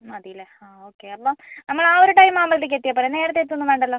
മതി അല്ലേ ആ ഓക്കെ അപ്പോൾ നമ്മൾ ആ ഒര് ടൈം ആവുമ്പോഴത്തേക്ക് എത്തിയാൽ പോരേ നേരത്തെ എത്തുകയൊന്നും വേണ്ടല്ലോ